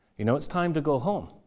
you know it's time to go home.